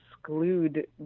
exclude